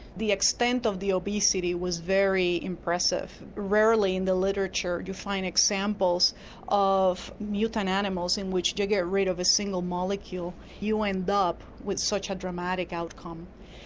the extent of the obesity was very impressive rarely in the literature do you find examples of mutant animals in which to get rid of a single molecule you end up with such a dramatic outcome.